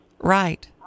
Right